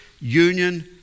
union